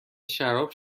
شراب